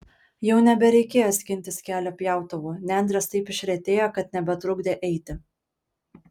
jau nebereikėjo skintis kelio pjautuvu nendrės taip išretėjo kad nebetrukdė eiti